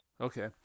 Okay